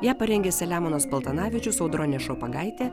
ją parengė selemonas paltanavičius audronė šopagaitė